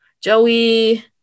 joey